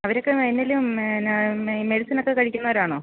അവരൊക്കെ എന്നേലും മെഡിസിനൊക്കെ കഴിക്കുന്നവരാണോ